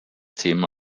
thema